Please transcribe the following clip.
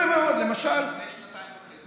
כבר לפני שנתיים וחצי.